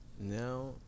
Now